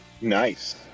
Nice